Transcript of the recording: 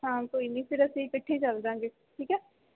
ਹਾਂ ਕੋਈ ਨਹੀਂ ਫਿਰ ਅਸੀਂ ਇਕੱਠੇ ਚੱਲ ਜਾਵਾਂਗੇ ਠੀਕ ਹੈ